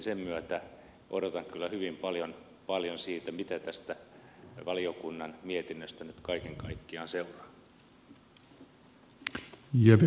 sen myötä odotan kyllä hyvin paljon siltä mitä tästä valiokunnan mietinnöstä nyt kaiken kaikkiaan seuraa